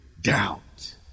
doubt